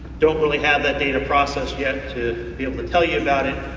don't really have that data processed yet to be able to tell you about it.